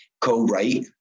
co-write